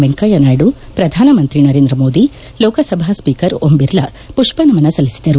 ವೆಂಕಯ್ಯ ನಾಯ್ದು ಪ್ರಧಾನಮಂತ್ರಿ ನರೇಂದ್ರ ಮೋದಿ ಲೋಕಸಭಾ ಸ್ಪೀಕರ್ ಓಂ ಬಿರ್ಲಾ ಪುಷ್ಪನಮನ ಸಲ್ಲಿಸಿದರು